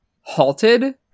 halted